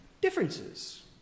differences